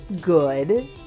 good